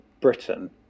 Britain